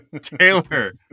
Taylor